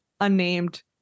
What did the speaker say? unnamed